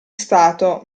stato